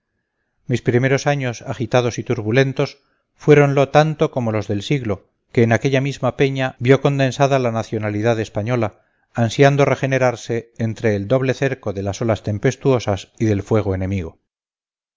mis primeros años agitados y turbulentos fuéronlo tanto como los del siglo que en aquella misma peña vio condensada la nacionalidad española ansiando regenerarse entre el doble cerco de las olas tempestuosas y del fuego enemigo